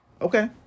okay